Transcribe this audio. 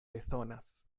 bezonas